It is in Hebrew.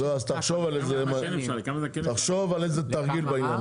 אז תחשוב על איזה תרגיל בעניין הזה.